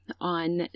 on